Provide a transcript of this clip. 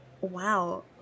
Wow